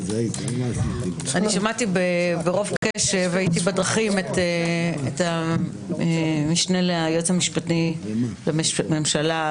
שמעתי ברוב קשב הייתי בדרכים את המשנה ליועץ המשפטי לממשלה,